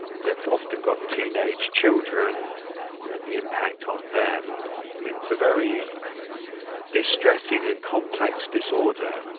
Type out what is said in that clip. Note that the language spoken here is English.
they've often got teenage children and the impact on them it's a very distressing and complex disorder.